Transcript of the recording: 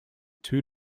two